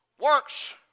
Works